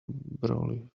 brolly